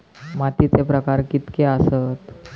मातीचे प्रकार कितके आसत?